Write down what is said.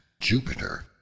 Jupiter